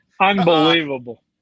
Unbelievable